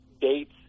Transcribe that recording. dates